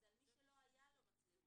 זה על מי שלא היו לו מצלמות.